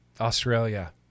Australia